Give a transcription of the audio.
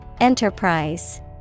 Enterprise